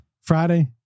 Friday